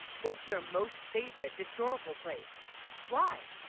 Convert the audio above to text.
what's your most favorite historical place why